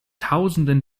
tausenden